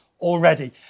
already